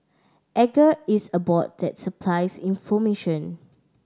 edgar is a bot that supplies information